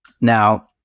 now